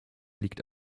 liegt